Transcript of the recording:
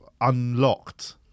unlocked